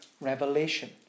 revelation